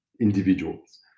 individuals